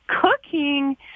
cooking